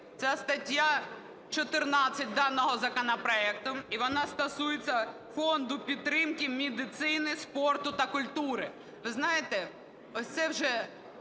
ця стаття 14 даного законопроекту, і вона стосується Фонду підтримки медицини, спорту та культури. Ви знаєте, ось це вже